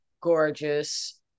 gorgeous